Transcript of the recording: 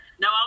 no